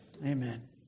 amen